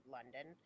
London